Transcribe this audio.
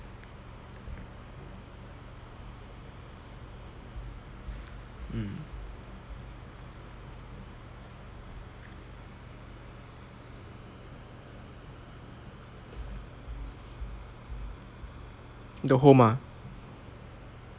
mm the home [ah}